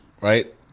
Right